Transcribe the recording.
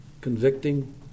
convicting